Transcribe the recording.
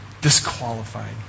disqualified